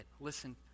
Listen